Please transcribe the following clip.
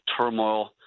turmoil